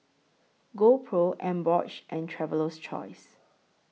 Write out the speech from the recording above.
GoPro Emborg and Traveler's Choice